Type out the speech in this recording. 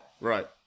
Right